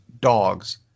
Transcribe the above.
dogs